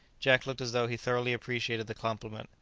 jack looked as though he thoroughly appreciated the compliment,